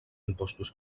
impostos